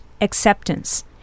acceptance